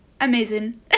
amazing